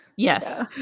yes